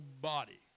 body